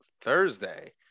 Thursday